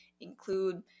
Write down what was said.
include